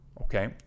okay